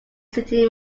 city